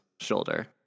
shoulder